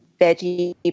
veggie